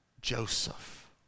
Joseph